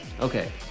okay